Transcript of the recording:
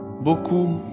Beaucoup